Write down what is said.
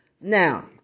Now